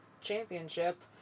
championship